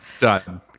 Done